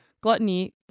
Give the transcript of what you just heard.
Gluttony